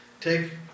Take